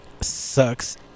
sucks